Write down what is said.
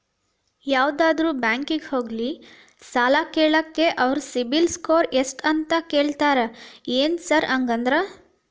ಯಾವದರಾ ಬ್ಯಾಂಕಿಗೆ ಹೋಗ್ಲಿ ಸಾಲ ಕೇಳಾಕ ಅವ್ರ್ ಸಿಬಿಲ್ ಸ್ಕೋರ್ ಎಷ್ಟ ಅಂತಾ ಕೇಳ್ತಾರ ಏನ್ ಸಾರ್ ಹಂಗಂದ್ರ?